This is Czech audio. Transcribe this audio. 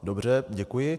Dobře, děkuji.